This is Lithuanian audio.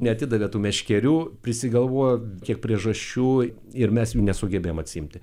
neatidavė tų meškerių prisigalvojo kiek priežasčių ir mes jų nesugebėjom atsiimti